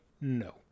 no